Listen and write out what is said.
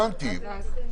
הבנתי.